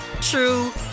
true